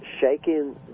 shaking